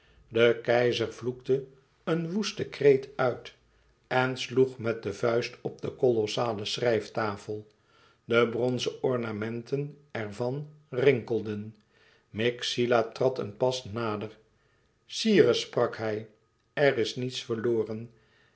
de keizer vloekte een woesten kreet uit en sloeg met de vuist op de kolossale schrijftafel de bronzen ornamenten ervan rinkelden myxila trad een pas nader sire sprak hij er is niets verloren